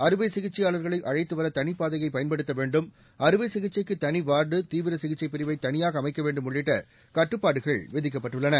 அறுவை சிகிச்சையாளா்களை அழைத்துவர தனிப்பாதையை பயன்படுத்த வேண்டும் அறுவை சிகிச்சைக்கு தனிவாா்டு தீவிர சிகிச்சைப் பிரிவை தனியாக அமைக்க வேண்டும் உள்ளிட்ட கட்டுப்பாடுகள் விதிக்கப்பட்டுள்ளன